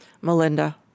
Melinda